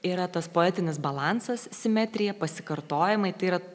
yra tas poetinis balansas simetrija pasikartojimai tai yra